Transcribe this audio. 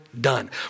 done